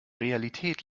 realität